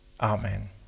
Amen